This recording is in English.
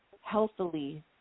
healthily